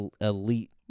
Elite